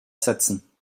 setzen